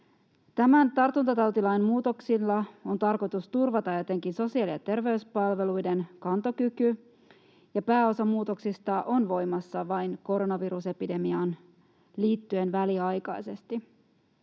Tartuntatautilain muutoksilla on tarkoitus turvata etenkin sosiaali- ja terveyspalveluiden kantokyky, ja pääosa muutoksista on voimassa vain koronavirusepidemiaan liittyen väliaikaisesti.